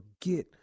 forget